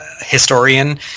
historian